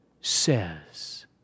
says